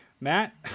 Matt